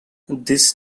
this